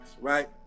right